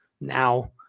now